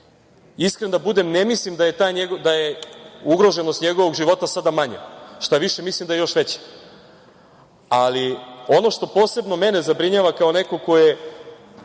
da budem, ne mislim da je ugroženost njegovog života sada manja, šta više mislim da je još veća, ali ono što posebno mene zabrinjava kao nekog ko je,